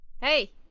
Hey